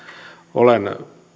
olen